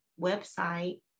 website